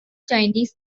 chinese